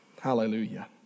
Hallelujah